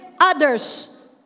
others